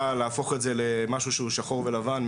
להפוך את זה למשהו שהוא שחור ולבן,